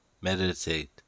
meditate